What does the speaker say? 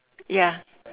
ya